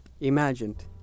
imagined